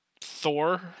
Thor